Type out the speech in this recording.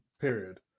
period